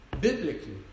biblically